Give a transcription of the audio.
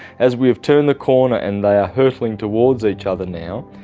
as we have turned the corner and they are hurtling towards each other now,